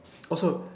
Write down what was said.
also